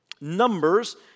Numbers